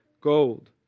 gold